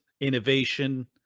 innovation